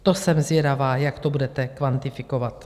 To jsem zvědavá, jak to budete kvantifikovat.